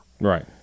Right